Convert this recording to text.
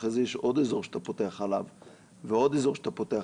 אחרי זה יש עוד אזור שאתה פותח ועוד אזור שאתה פותח,